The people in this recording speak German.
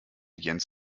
jens